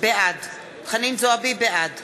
בעד